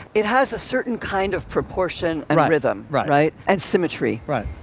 it has a certain kind of proportion and rhythm. right. right. and symmetry. right.